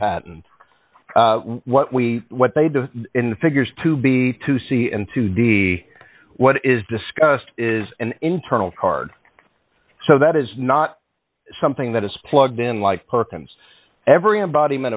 patent what we what they do in the figures to be to see and to do what is discussed is an internal card so that is not something that is plugged in like perkins every embodiment